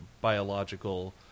biological –